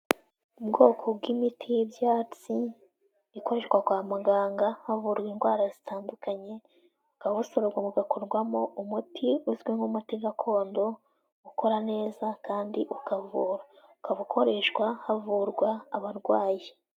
Ubwoko bw'imiti y'ibyatsi, ikoreshwa kwa muganga havurwa indwara zitandukanye, bukaba busoromwa bugakorwamo umuti uzwi nk'umuti gakondo, ukora neza kandi ukavura. Ukaba ukoreshwa havurwa abarwayi.